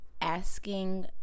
asking